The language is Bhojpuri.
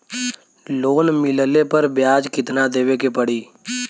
लोन मिलले पर ब्याज कितनादेवे के पड़ी?